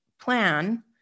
plan